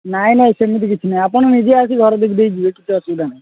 ନାଇଁ ନାଇଁ ସେମିତି କିଛି ନାହିଁ ଆପଣ ନିଜେ ଆସି ଘର ଦେଖିଦେଇ ଯିବେ କିଛି ଅସୁବିଧା ନାହିଁ